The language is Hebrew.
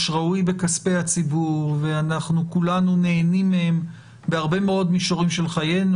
ראוי בכספי הציבור וכולנו נהנים מהם בהרבה מאוד מישורים של חיינו.